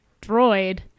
droid